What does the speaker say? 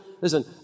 Listen